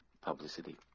publicity